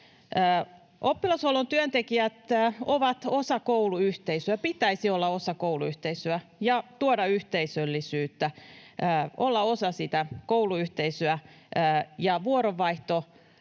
Oppilashuollon työntekijät ovat osa kouluyhteisöä — pitäisi olla osa kouluyhteisöä ja tuoda yhteisöllisyyttä, olla osa sitä kouluyhteisöä. Ja vuoronvaihtokeskustelun